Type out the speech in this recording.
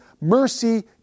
mercy